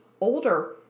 older